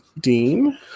Dean